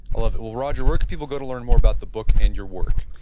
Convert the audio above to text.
ah love it. well, roger, where can people go to learn more about the book and your work?